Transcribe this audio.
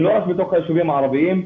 הם לא רק בתוך היישובים הערביים.